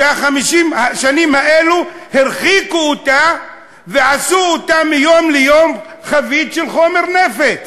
ש-50 השנים האלו הרחיקו אותה ועשו אותה מיום ליום חבית של חומר נפץ.